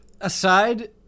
aside